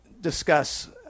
discuss